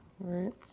right